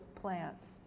plants